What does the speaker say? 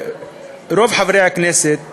שרוב חברי הכנסת